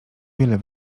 wiele